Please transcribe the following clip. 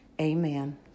Amen